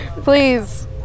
please